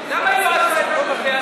למה היא לא עשתה את המתווה הזה?